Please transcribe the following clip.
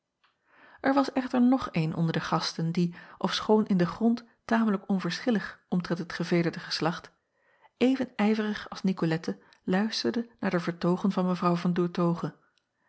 r was echter nog een onder de gasten die ofschoon in den grond tamelijk onverschillig omtrent het gevederde geslacht even ijverig als icolette luisterde naar de vertoogen van w an